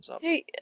Hey